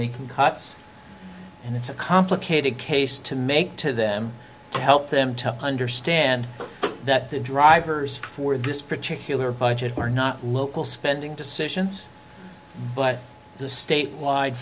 making cuts and it's a complicated case to make to them to help them to understand that the drivers for this particular budget are not local spending decisions but the state wide